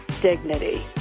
dignity